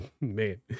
man